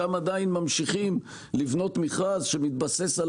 שם עדיין ממשיכים לבנות מכרז שמתבסס על